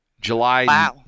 July